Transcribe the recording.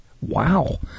Wow